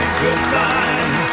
goodbye